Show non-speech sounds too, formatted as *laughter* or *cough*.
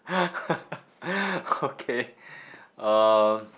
*laughs* okay um